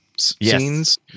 scenes